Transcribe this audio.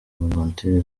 bonaventure